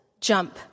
jump